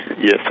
Yes